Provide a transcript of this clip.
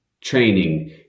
training